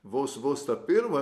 vos vos tą pirmą